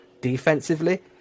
defensively